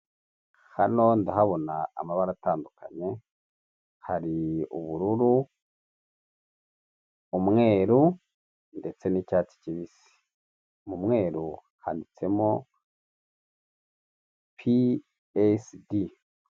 Hano ndahabona amabara atandukanye hari ubururu, umweru ndetse n'icyatsi kibisi mu mweru handitsemo psd.